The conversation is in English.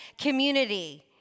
community